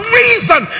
reason